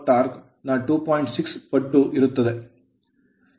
6 ಪಟ್ಟು ಇರುತ್ತದೆ